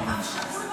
חברותיי וחבריי לכנסת,